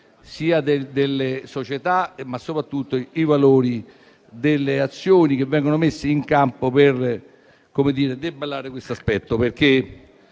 sia della società, ma soprattutto i valori delle azioni che vengono messe in campo per debellare questo fenomeno.